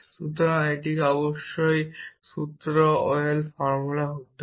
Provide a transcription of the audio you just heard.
সুতরাং এটিকে অবশ্যই একটি সূত্র ওয়েল ফর্মুলা হতে হবে